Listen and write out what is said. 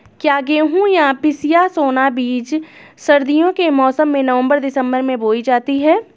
क्या गेहूँ या पिसिया सोना बीज सर्दियों के मौसम में नवम्बर दिसम्बर में बोई जाती है?